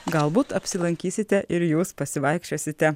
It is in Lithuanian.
galbūt apsilankysite ir jūs pasivaikščiosite